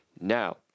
now